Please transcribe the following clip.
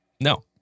no